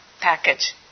package